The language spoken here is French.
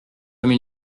comme